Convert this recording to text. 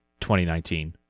2019